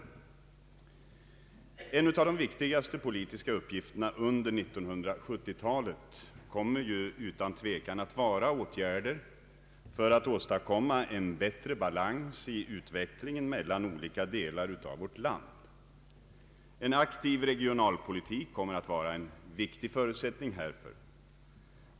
En av de viktigaste politiska uppgif terna under 1970-talet kommer ju utan tvekan att vara åtgärder för att åstadkomma en bättre balans i utvecklingen mellan olika delar av vårt land. En aktiv regionalpolitik kommer att vara en viktig förutsättning härför.